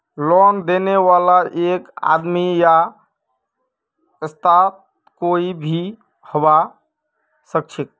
loan देने बाला एक आदमी या संस्था कोई भी हबा सखछेक